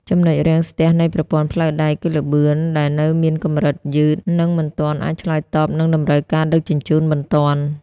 ចំណុចរាំងស្ទះនៃប្រព័ន្ធផ្លូវដែក គឺល្បឿនដែលនៅមានកម្រិតយឺត និងមិនទាន់អាចឆ្លើយតបនឹងតម្រូវការដឹកជញ្ជូនបន្ទាន់។